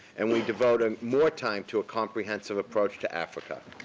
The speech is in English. and, we devoted more time to a comprehensive approach to africa.